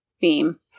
theme